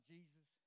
Jesus